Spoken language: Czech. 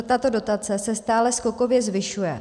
Tato dotace se stále skokově zvyšuje.